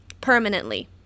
Permanently